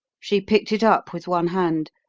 she picked it up with one hand,